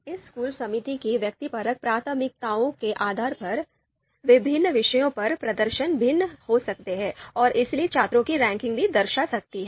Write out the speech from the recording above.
इस स्कूल समिति की व्यक्तिपरक प्राथमिकताओं के आधार पर विभिन्न विषयों पर प्रदर्शन भिन्न हो सकते हैं और इसलिए छात्रों की रैंकिंग भी दर्शा सकती है